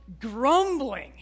grumbling